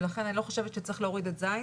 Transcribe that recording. ולכן אני לא חושבת שצריך להוריד את ז',